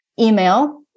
Email